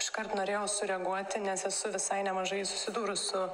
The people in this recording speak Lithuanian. iškart norėjau sureaguoti nes esu visai nemažai susidūrus su